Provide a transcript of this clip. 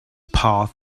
path